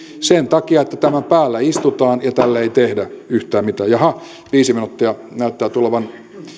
sen takia että tämän päällä istutaan ja tälle ei tehdä yhtään mitään jaha viisi minuuttia näyttää tulevan